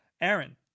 aaron